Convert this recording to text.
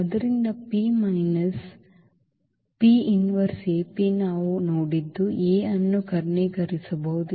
ಆದ್ದರಿಂದ ಈ ನಾವು ನೋಡಿದ್ದು A ಅನ್ನು ಕರ್ಣೀಕರಿಸಬಹುದು